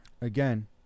again